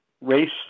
race